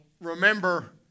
remember